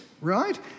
right